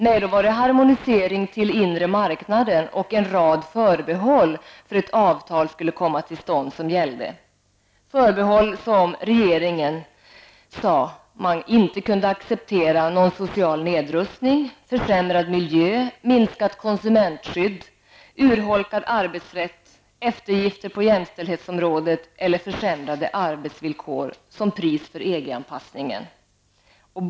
Nej, då var det harmonisering till Inre marknaden och en rad förbehåll för att ett avtal skulle komma till stånd som gällde, förbehåll om att regeringen ''inte skulle acceptera någon social nedrustning, försämrad miljö, minskat konsumentskydd, urholkad arbetsrätt, eftergifter på jämställdhetsområdet eller försämrade arbetsvillkor'' som pris för EG anpassningen.